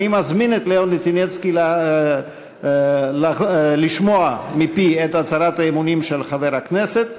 אני מזמין את לאון ליטינצקי לשמוע מפי את הצהרת האמונים של חבר הכנסת,